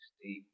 Steve